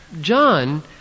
John